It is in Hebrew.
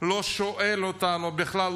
לא שואל אותנו בכלל,